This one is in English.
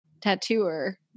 tattooer